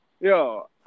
Yo